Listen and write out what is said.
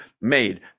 made